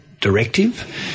directive